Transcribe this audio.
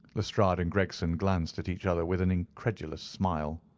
lestrade and gregson glanced at each other with an incredulous smile.